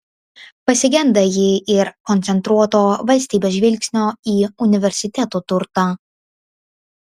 pasigenda ji ir koncentruoto valstybės žvilgsnio į universitetų turtą